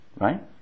Right